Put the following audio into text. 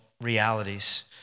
realities